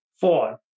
four